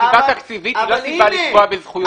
סיבה תקציבית היא לא סיבה לפגוע בזכויות יסוד.